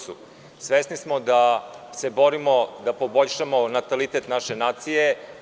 Svesni smo da se borimo da poboljšamo natalitet naše nacije.